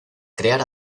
crear